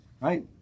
right